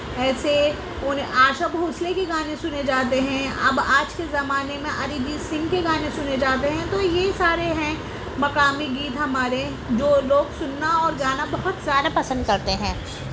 ایسے انہیں آشا بھونسلے کے گانے سنے جاتے ہیں اب آج کے زمانے میں اریجیت کے گانے سنے جاتے ہیں تو یہ سارے ہیں مقامی گیت ہمارے جو لوگ سننا اور گانا بہت زیادہ پسند کرتے ہیں